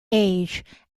age